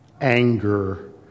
anger